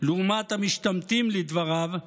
לעומת המשתמטים, לדבריו,